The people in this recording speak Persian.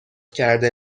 کرده